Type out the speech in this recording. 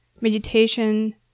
meditation